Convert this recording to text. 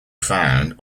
found